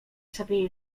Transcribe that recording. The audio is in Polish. sobie